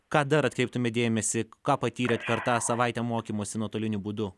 ką dar atkreiptumėt dėmesį ką patyrėt per tą savaitę mokymosi nuotoliniu būdu